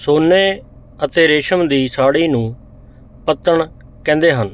ਸੋਨੇ ਅਤੇ ਰੇਸ਼ਮ ਦੀ ਸਾੜੀ ਨੂੰ ਪੱਤਣ ਕਹਿੰਦੇ ਹਨ